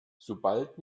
sobald